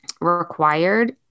required